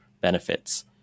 benefits